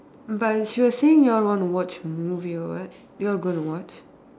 but she was saying you all want to watch movie or what you all going to watch